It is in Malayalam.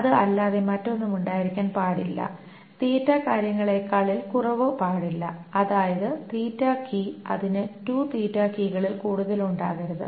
അത് അല്ലാതെ മറ്റൊന്നും ഉണ്ടായിരിക്കാൻ പാടില്ല കാര്യങ്ങളേക്കാൾ ൽ കുറവ് പാടില്ല അഥവാ കീ അതിന് കീകളിൽ കൂടുതൽ ഉണ്ടാകരുത്